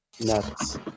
nuts